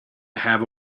have